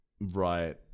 Right